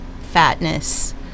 fatness